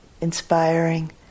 inspiring